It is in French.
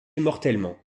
mortellement